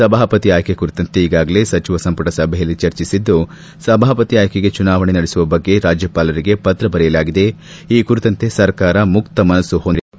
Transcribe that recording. ಸಭಾಪತಿ ಆಯ್ಕೆ ಕುರಿತಂತೆ ಈಗಾಗಲೇ ಸಚಿವ ಸಂಪುಟ ಸಭೆಯಲ್ಲಿ ಚರ್ಚಿಸಿದ್ದು ಸಭಾಪತಿ ಆಯ್ಕೆಗೆ ಚುನಾವಣೆ ನಡೆಸುವ ಬಗ್ಗೆ ರಾಜ್ಕಪಾಲರಿಗೆ ಪತ್ರ ಬರೆಯಲಾಗಿದೆ ಈ ಕುರಿತಂತೆ ಸರ್ಕಾರ ಮುಕ್ತ ಮನಸ್ಸು ಹೊಂದಿದೆ ಎಂದು ಹೇಳಿದರು